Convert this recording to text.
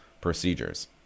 procedures